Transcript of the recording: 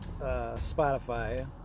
Spotify